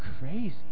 crazy